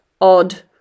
odd